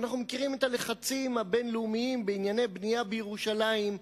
אנחנו מכירים את הלחצים הבין-לאומיים בענייני בנייה בירושלים.